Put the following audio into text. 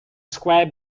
square